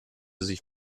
sich